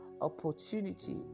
opportunity